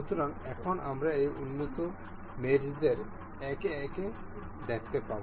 সুতরাং এখন আমরা এই উন্নত মেটসদের একে একে দেখতে পাব